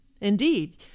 Indeed